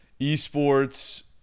esports